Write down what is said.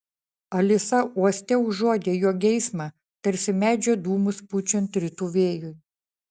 alisa uoste užuodė jo geismą tarsi medžio dūmus pučiant rytų vėjui